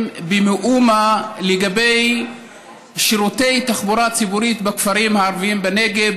במאומה לגבי שירותי תחבורה ציבורית בכפרים הערביים בנגב,